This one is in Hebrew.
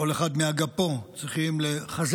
כל אחד מאגפו, צריכים לחזק